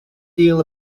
deal